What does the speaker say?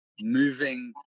moving